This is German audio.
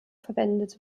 verwendet